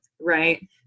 right